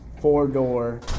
four-door